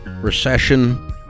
recession